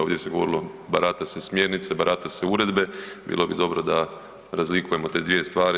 Ovdje se govorilo, barata se smjernice, barata se uredbe, bilo bi dobro da razlikujemo te dvije stvari.